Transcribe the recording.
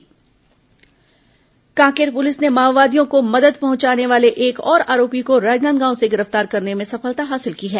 माओवादी सहयोगी गिरफ्तार कांकेर पुलिस ने माओवादियों को मदद पहुंचाने वाले एक और आरोपी को राजनांदगांव से गिरफ्तार करने में सफलता हासिल की है